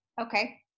Okay